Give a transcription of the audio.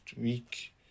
week